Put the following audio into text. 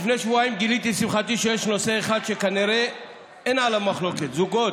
לפני שבועיים גיליתי לשמחתי שיש נושא אחד שכנראה אין עליו מחלוקת: זוגות